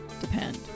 depend